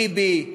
ביבי,